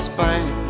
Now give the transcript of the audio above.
Spain